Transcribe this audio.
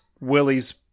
Willie's